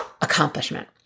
accomplishment